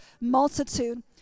multitude